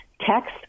text